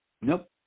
Nope